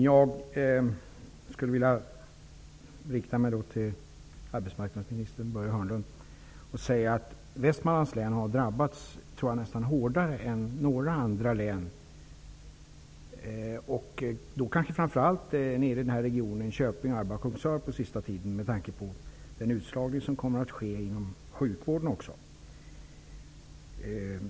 Fru talman! Jag vill vända mig till arbetsmarknadsminister Börje Hörnlund och säga att jag tror att Västmanlands län har drabbats hårdare än några andra län. Under den senaste tiden gäller det framför allt regionen Köping-- Arboga--Kungsör, med tanke på den utslagning som kommer att ske inom sjukvården.